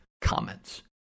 comments